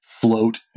float